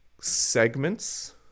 segments